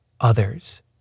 others